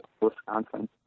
Wisconsin